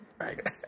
Right